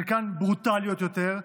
חלקן ברוטליות יותר,